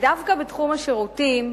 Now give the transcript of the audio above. ודווקא בתחום השירותים,